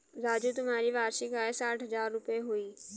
राजू तुम्हारी वार्षिक आय साठ हज़ार रूपय हुई